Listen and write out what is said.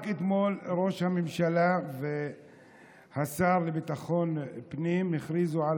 רק אתמול ראש הממשלה והשר לביטחון הפנים הכריזו על